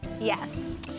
Yes